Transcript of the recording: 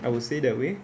I would say that way